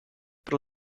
per